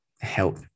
help